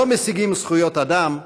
לא משיגים זכויות אדם ברצח.